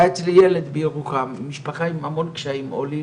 היה אצלי ילד בירוחם, משפחה עם המון קשיים, עולים,